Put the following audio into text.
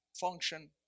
function